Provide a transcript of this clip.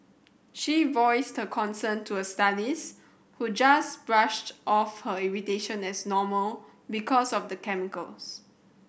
she voiced concern to her stylist who just brushed off her irritation as normal because of the chemicals